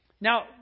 now